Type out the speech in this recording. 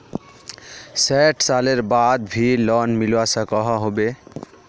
सैट सालेर बाद भी लोन मिलवा सकोहो होबे?